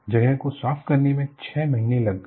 जगह को साफ करने में छह महीने लग गए